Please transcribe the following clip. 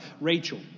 Rachel